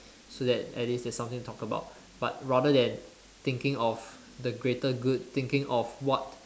so that at least there is something talk about but rather than thinking of the greater good thinking of what